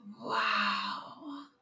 Wow